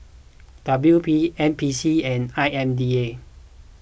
W P N P C and I M D A